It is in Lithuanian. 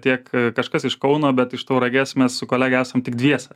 tiek kažkas iš kauno bet iš tauragės mes su kolege esam tik dviese